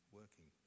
working